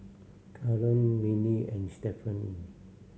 Callum Mindi and Stephanie